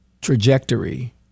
trajectory